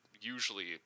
usually